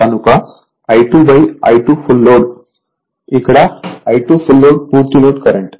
కనుక I2I2fl ఇక్కడ I2fl పూర్తి లోడ్ కరెంట్